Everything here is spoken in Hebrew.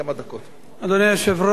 אדוני היושב ראש,